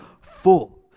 full